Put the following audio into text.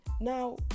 Now